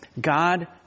God